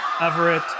Everett